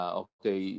okay